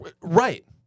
Right